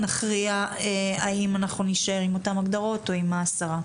נכריע האם אנחנו נישאר עם אותן הגדרות או עם השרה.